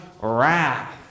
wrath